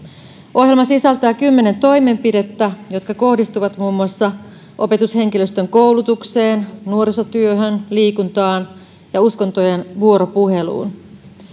ohjelma sisältää kymmenen toimenpidettä jotka kohdistuvat muun muassa opetushenkilöstön koulutukseen nuorisotyöhön liikuntaan ja uskontojen vuoropuheluun